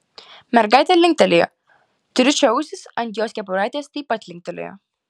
mergaitė linktelėjo triušio ausys ant jos kepuraitės taip pat linktelėjo